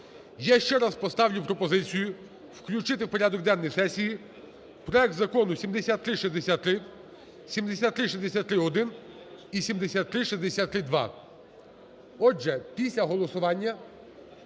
я ще раз поставлю пропозицію включити в порядок денний сесії проект Закону 7363, 7363-1 і 7363-2. Отже, після голосування